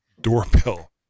Doorbell